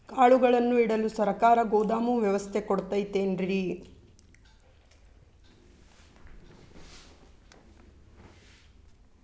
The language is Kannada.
ಕಾಳುಗಳನ್ನುಇಡಲು ಸರಕಾರ ಗೋದಾಮು ವ್ಯವಸ್ಥೆ ಕೊಡತೈತೇನ್ರಿ?